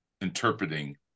interpreting